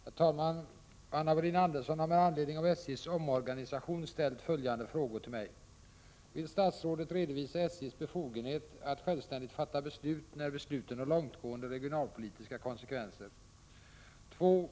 Herr talman! Anna Wohlin-Andersson har med anledning av SJ:s omorganisation ställt följande frågor till mig. 1. Vill statsrådet redovisa SJ:s befogenhet att självständigt fatta beslut när besluten har långtgående regionalpolitiska konsekvenser? 2.